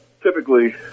Typically